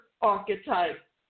archetype